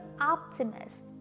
optimist